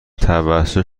توسط